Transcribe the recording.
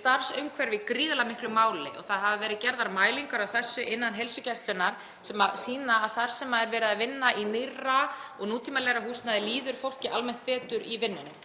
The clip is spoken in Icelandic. starfsumhverfið gríðarlega miklu máli. Það hafa verið gerðar mælingar á þessu innan heilsugæslunnar sem sýna að þar sem er verið að vinna í nýrra og nútímalegra húsnæði líður fólki almennt betur í vinnunni.